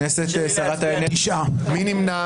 ברישא או בסיפא?